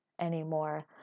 anymore